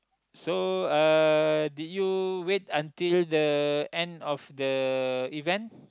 so uh did you wait until the end of the event